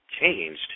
changed